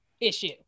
issue